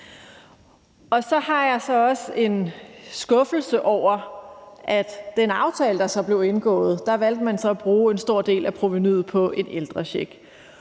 Så har jeg så også en skuffelse over, at i den aftale, der så blev indgået, valgte man at bruge en stor del af provenuet på en ældrecheck.